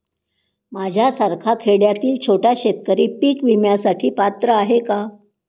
माझ्यासारखा खेड्यातील छोटा शेतकरी पीक विम्यासाठी पात्र आहे का?